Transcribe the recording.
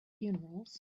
funerals